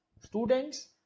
students